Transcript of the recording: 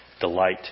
delight